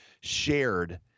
shared